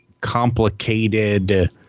complicated